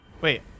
Wait